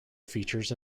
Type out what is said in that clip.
features